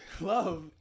love